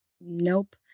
Nope